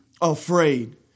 afraid